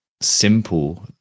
simple